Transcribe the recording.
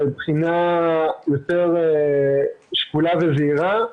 ובחינה יותר שקולה וזהירה,